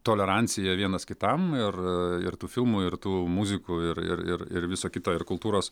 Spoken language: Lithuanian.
tolerancija vienas kitam ir ir tų filmų ir tų muzikų ir ir ir viso kito ir kultūros